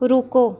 ਰੁਕੋ